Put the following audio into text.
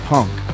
Punk